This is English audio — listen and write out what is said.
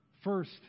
First